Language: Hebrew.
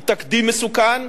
היא תקדים מסוכן.